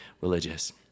religious